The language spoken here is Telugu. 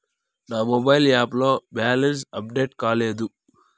నా మొబైల్ యాప్ లో బ్యాలెన్స్ అప్డేట్ కాలేదు